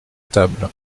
table